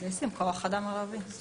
אז הוא ישים כוח אדם ערבי.